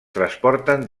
transporten